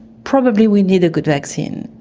probably we need a good vaccine.